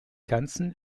ganzen